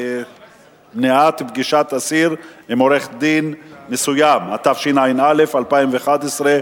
פגישת אסיר עם עורך-דין מסוים), התשע"א 2011,